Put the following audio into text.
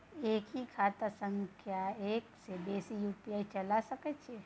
एक ही खाता सं एक से बेसी यु.पी.आई चलय सके छि?